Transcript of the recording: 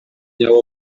umwanya